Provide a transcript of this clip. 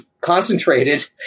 concentrated